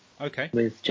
Okay